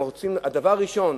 והדבר הראשון,